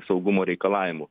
saugumo reikalavimų